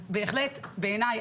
בעיניי,